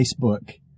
Facebook